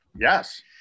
Yes